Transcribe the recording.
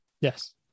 Yes